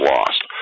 Lost